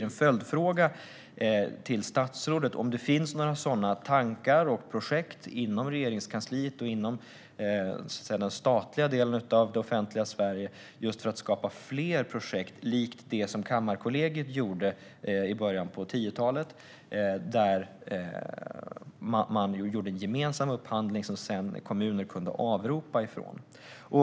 En följdfråga till statsrådet blir: Finns det några sådana tankar och projekt inom Regeringskansliet och inom den statliga delen av det offentliga Sverige, för att skapa fler projekt likt det som Kammarkollegiet hade i början av 10-talet, med en gemensam upphandling som kommuner sedan kunde avropa från?